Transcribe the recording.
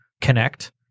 connect